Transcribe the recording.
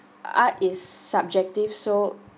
art is subjective so